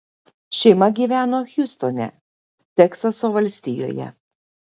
šeima gyveno hjustone teksaso valstijoje